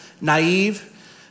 naive